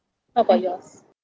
mm what about yours